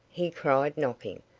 he cried, knocking.